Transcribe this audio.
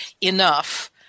enough